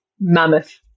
mammoth